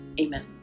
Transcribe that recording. Amen